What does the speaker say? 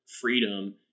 freedom